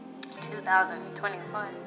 2021